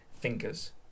thinkers